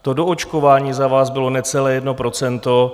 To doočkování za vás bylo necelé 1 %.